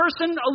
person